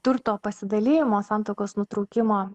turto pasidalijimo santuokos nutraukimo